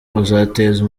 uzateza